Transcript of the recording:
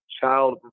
child